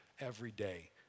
everyday